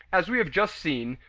as we have just seen,